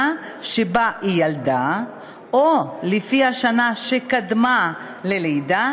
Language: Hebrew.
שבה ילדה או לפי השנה שקדמה ללידה,